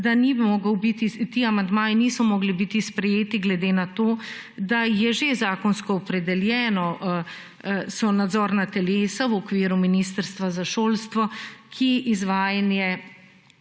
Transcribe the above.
– ti amandmaji niso mogli biti sprejeti glede na to, da je že zakonsko opredeljeno - so nadzorna telesa v okviru Ministrstva za šolstvo, ki izvajanje